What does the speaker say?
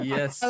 Yes